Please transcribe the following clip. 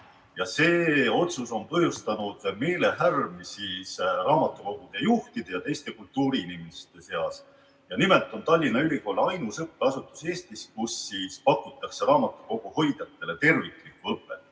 See otsus on põhjustanud meelehärmi raamatukogude juhtide ja teiste kultuuriinimeste seas. Nimelt on Tallinna Ülikool ainus õppeasutus Eestis, kus pakutakse raamatukoguhoidjatele terviklikku õpet.